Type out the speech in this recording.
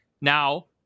Now